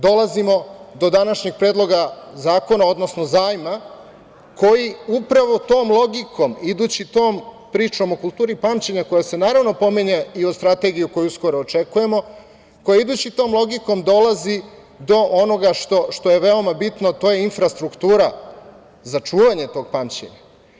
Dolazimo do današnjeg Predloga zakona, odnosno zajma koji upravo tom logikom, idući tom pričom o kulturi pamćenja koja se naravno pominje i u strategiji, koju uskoro očekujemo, koji idući tom logikom dolazi do onoga što je veoma bitno, a to je infrastruktura za čuvanje tog pamćenja.